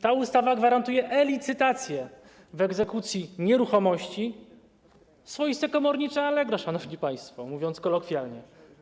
Ta ustawa gwarantuje e-licytacje w egzekucji nieruchomości - swoiste komornicze Allegro, szanowni państwo, mówiąc kolokwialnie.